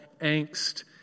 angst